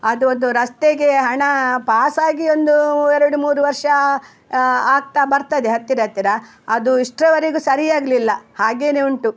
ಅದು ಒಂದು ರಸ್ತೆಗೆ ಹಣ ಪಾಸಾಗಿ ಒಂದು ಎರಡು ಮೂರು ವರ್ಷ ಆಗ್ತಾ ಬರ್ತದೆ ಹತ್ತಿರ ಹತ್ತಿರ ಅದು ಇಷ್ಟರವರೆಗೂ ಸರಿಯಾಗಲಿಲ್ಲ ಹಾಗೇ ಉಂಟು